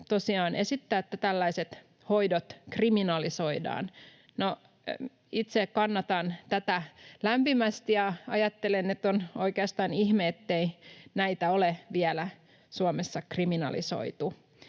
esittää, että tällaiset hoidot kriminalisoidaan. Itse kannatan tätä lämpimästi ja ajattelen, että on oikeastaan ihme, ettei näitä ole vielä Suomessa kriminalisoitu.